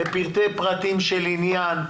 לפרטי פרטים של עניין.